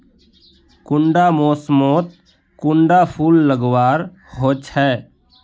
कुंडा मोसमोत कुंडा फुल लगवार होछै?